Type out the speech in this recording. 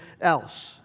else